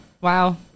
wow